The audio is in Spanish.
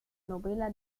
novela